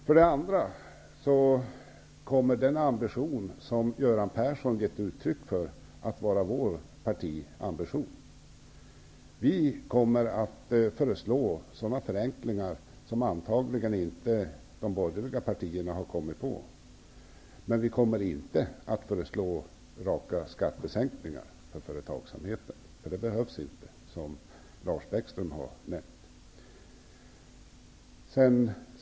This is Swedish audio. För det andra kommer den ambition som Göran Persson har gett uttryck för att vara vår partiambition. Vi kommer att föreslå sådana förenklingar som de borgerliga partierna antagligen inte har tänkt på, men vi kommer inte att föreslå raka skattesänkningar för företagsamheten. Det behövs inte, som Lars Bäckström nämnde.